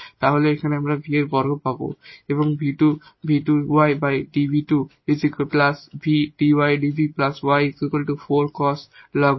তাহলে আমরা এখানে v স্কোয়ার পাব